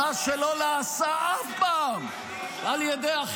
ועכשיו קיצצתם, ועכשיו קיצצתם.